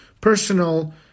personal